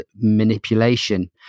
manipulation